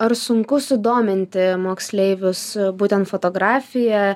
ar sunku sudominti moksleivius būtent fotografija